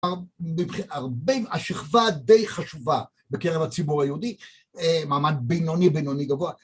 הרבה השכבה די חשובה בקרב הציבור היהודי מעמד בינוני בינוני גבוה